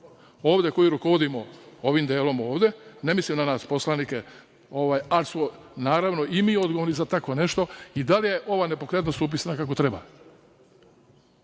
ovde koji rukovodimo ovim delom ovde, ne mislim na nas poslanike, ali smo naravno i mi odgovorni za tako nešto, i da li je ova nepokretnost upisana kako treba.